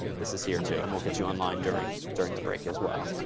this is here, too. and we'll get you online during during the break as well.